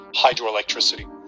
hydroelectricity